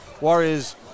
Warriors